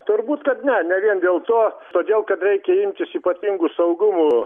turbūt kad ne ne vien dėl to todėl kad reikia imtis ypatingų saugumo